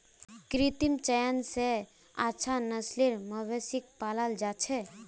कृत्रिम चयन स अच्छा नस्लेर मवेशिक पालाल जा छेक